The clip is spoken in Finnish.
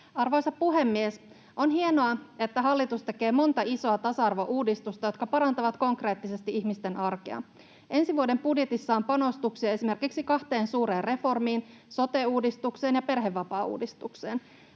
Arvoisa puhemies! On hienoa, että hallitus tekee monta isoa tasa-arvouudistusta, jotka parantavat konkreettisesti ihmisten arkea. Ensi vuoden budjetissa on panostuksia esimerkiksi kahteen suureen reformiin: sote-uudistukseen ja perhevapaauudistukseen.